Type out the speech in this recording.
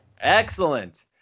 Excellent